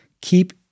keep